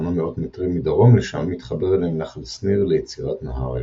וכמה מאות מטרים מדרום לשם מתחבר אליהם נחל שניר ליצירת נהר הירדן.